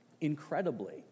incredibly